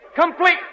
complete